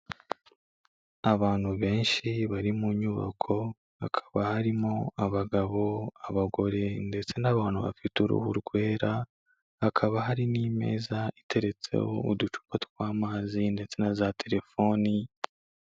Abantu benshi bari mu nyubako, hakaba harimo abagabo, abagore, ndetse n'abantu bafite uruhu rwera, hakaba hari n'imeza iteretseho uducupa tw'amazi ndetse na za telefoni.